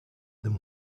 them